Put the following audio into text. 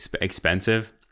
expensive